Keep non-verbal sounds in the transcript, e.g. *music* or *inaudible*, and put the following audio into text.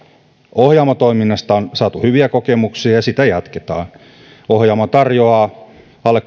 ohjaamo toiminnasta on saatu hyviä kokemuksia ja sitä jatketaan ohjaamohan tarjoaa alle *unintelligible*